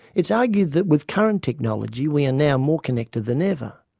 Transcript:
it's argued that with current technology we are now more connected than ever.